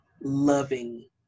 loving